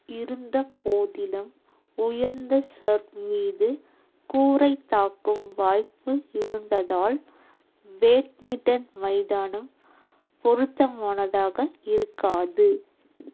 இருந்தபோதிலும் உயர்ந்த சர்வ் மீது கூரை தாக்கும் வாய்ப்பு இருந்ததால் பேட்மிண்டன் மைதானம் பொருத்தமானதாக இருக்காது